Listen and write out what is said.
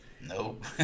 Nope